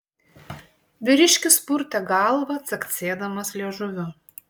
vyriškis purtė galvą caksėdamas liežuviu